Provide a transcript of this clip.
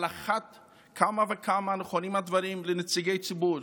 על אחת כמה וכמה נכונים הדברים לנציגי ציבור.